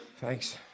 Thanks